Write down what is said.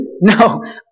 no